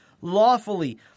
lawfully